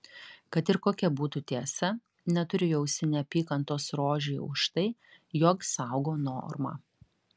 kad ir kokia būtų tiesa neturiu jausti neapykantos rožei už tai jog saugo normą